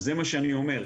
זה מה שאני אומר,